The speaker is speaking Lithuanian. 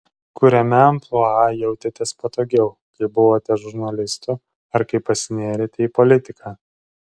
kuriame amplua jautėtės patogiau kai buvote žurnalistu ar kai pasinėrėte į politiką